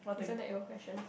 isn't that your question